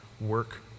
work